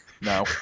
No